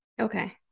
Okay